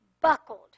buckled